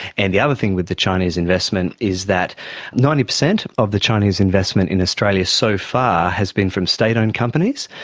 and the other thing with the chinese investment is that ninety percent of the chinese investment in australia so far has been from state owned companies,